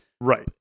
Right